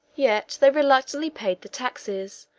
yet they reluctantly paid the taxes,